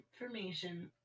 information